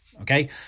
okay